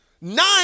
Nine